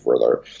further